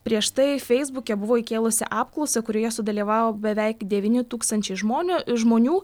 prieš tai feisbuke buvo įkėlusi apklausą kurioje sudalyvavo beveik devyni tūkstančiai žmonių žmonių